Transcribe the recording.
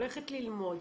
הולכת ללמוד.